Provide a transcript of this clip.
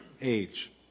age